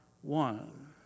one